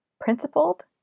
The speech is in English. principled